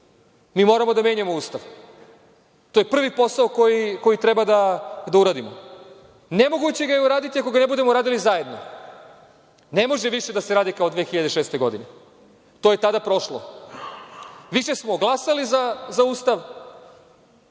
Mi moramo da menjamo Ustav. To je prvi posao koji treba da uradimo. Nemoguće ga je uraditi ako ga ne radimo zajedno. Ne može više da se radi kao 2006. godine. To je tada prošlo. Više smo glasali za Ustav